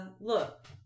look